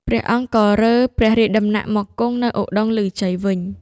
ព្រះអង្គក៏រើព្រះរាជដំណាក់មកគង់នៅឧត្តុង្គឮជ័យវិញ ។